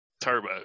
turbo